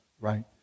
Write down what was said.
right